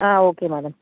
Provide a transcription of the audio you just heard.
ah okay madam